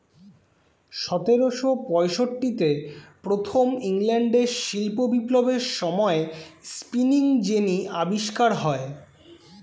সতেরোশো পঁয়ষট্টিতে প্রথম ইংল্যান্ডের শিল্প বিপ্লবের সময়ে স্পিনিং জেনি আবিষ্কার হয়